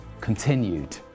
continued